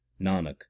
Nanak